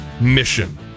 mission